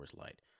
Light